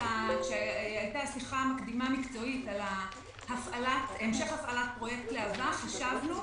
כשהיתה שיחה מקדימה מקצועית על המשך הפעלת פרויקט להב"ה חשבנו,